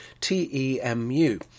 T-E-M-U